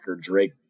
Drake